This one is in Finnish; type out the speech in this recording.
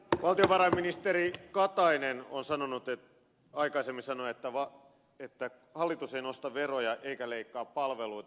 valtiovarainministeri katainen on sanonut aikaisemmin että hallitus ei nosta veroja eikä leikkaa palveluita